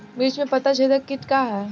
मिर्च में पता छेदक किट का है?